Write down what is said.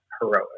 heroic